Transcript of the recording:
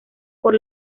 por